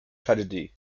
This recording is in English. tragedy